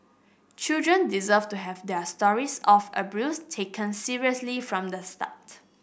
children deserve to have their stories of abuse taken seriously from the start